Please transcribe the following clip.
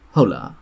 Hola